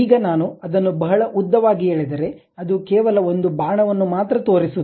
ಈಗ ನಾನು ಅದನ್ನು ಬಹಳ ಉದ್ದವಾಗಿ ಎಳೆದರೆ ಅದು ಕೇವಲ ಒಂದು ಬಾಣ ವನ್ನು ಮಾತ್ರ ತೋರಿಸುತ್ತದೆ